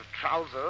trousers